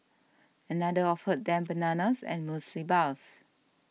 another offered them bananas and muesli bars